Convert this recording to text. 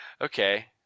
Okay